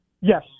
Yes